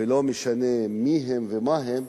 ולא משנה מיהם ומהם,